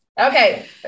Okay